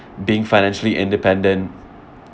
being financially independent